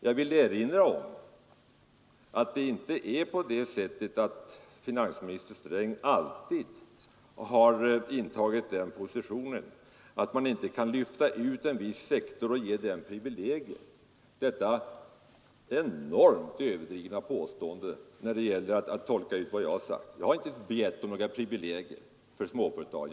Jag vill erinra om att finansminister Sträng inte alltid har intagit den positionen att man inte kan lyfta ut en viss sektor och ge den förmåner. Att jag skulle ha begärt något sådant på någon annans bekostnad är dock en enormt överdriven tolkning av mitt yttrande. Jag har inte begärt några privilegier för småföretagen.